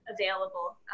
available